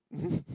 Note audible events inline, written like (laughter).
(laughs)